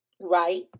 right